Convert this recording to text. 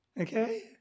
Okay